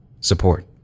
Support